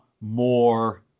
more